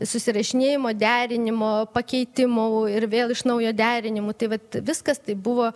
susirašinėjimo derinimo pakeitimų ir vėl iš naujo derinimų tai vat viskas tai buvo